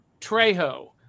Trejo